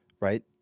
Right